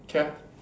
K ah